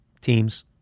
teams –